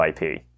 IP